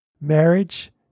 marriage